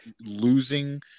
losing